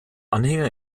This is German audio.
anhänger